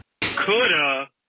Coulda